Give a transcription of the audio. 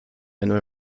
einen